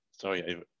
Sorry